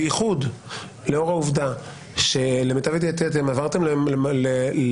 בייחוד לאור העובדה שלמיטב ידיעתי אתם עברתם למסגרת